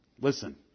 Listen